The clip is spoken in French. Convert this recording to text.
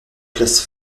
place